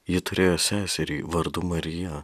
ji turėjo seserį vardu marija